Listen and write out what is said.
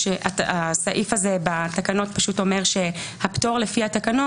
שהסעיף הזה בתקנות פשוט אומר שהפטור לפי התקנות,